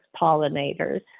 pollinators